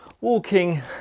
walking